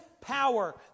power